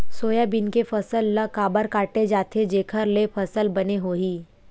Soybean के फसल ल काबर काटे जाथे जेखर ले फसल बने होही?